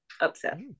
Upset